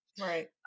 Right